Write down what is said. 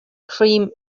cream